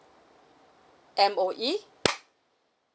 M_O_E